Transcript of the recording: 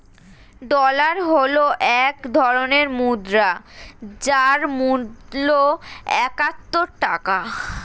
dollar হল এক ধরনের মুদ্রা যার মূল্য একাত্তর টাকা